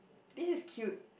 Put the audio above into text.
this is cute